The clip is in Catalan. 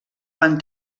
van